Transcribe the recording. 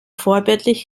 vorbildlich